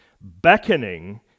beckoning